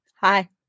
Hi